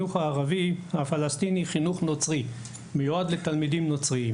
ששייך לחינוך הנוצרי ומיועד לתלמידים נוצריים